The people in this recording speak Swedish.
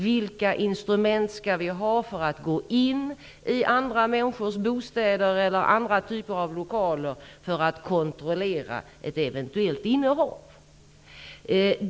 Vilka instrument skall vi ha för att kunna gå in i andra människors bostäder eller andra typer av lokaler för att kontrollera ett eventuellt innehav?